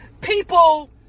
people